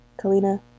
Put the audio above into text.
Kalina